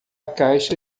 caixa